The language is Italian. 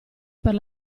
per